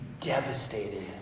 devastated